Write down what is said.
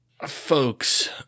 Folks